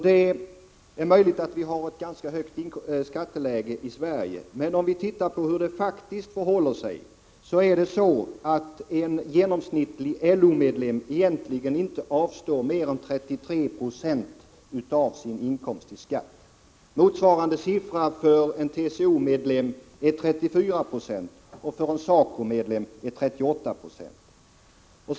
Det är möjligt att vi har ett ganska högt skatteläge i Sverige, men om vi tittar på hur det faktiskt förhåller sig så avstår en genomsnittlig LO-medlem egentligen inte mer än 33 0 av sin inkomst till skatt. Motsvarande siffra för en TCO-medlem är 34 90 och för en SACO-medlem 38 96.